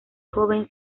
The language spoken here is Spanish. joven